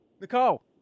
Nicole